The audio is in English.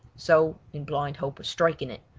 so, in blind hope of striking it,